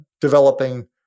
developing